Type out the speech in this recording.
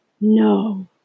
no